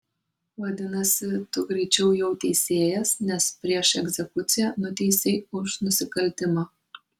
vadinasi tu greičiau jau teisėjas nes prieš egzekuciją nuteisei už nusikaltimą